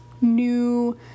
new